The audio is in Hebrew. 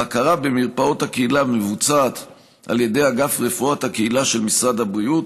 בקרה במרפאות הקהילה מבוצעת על ידי אגף רפואת הקהילה של משרד הבריאות.